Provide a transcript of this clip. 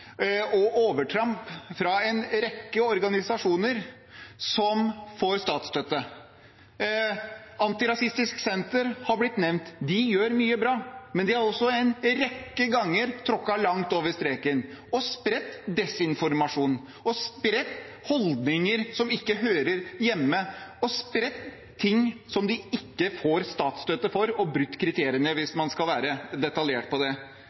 og overtramp fra en rekke organisasjoner som får statsstøtte. Antirasistisk Senter har blitt nevnt. De gjør mye bra, men de har også en rekke ganger tråkket langt over streken og spredt desinformasjon og holdninger som ikke hører hjemme noe sted, spredt ting de ikke får statsstøtte for, og brutt kriteriene, hvis man skal være detaljert på det.